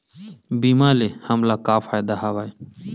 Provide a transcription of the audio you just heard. बीमा ले हमला का फ़ायदा हवय?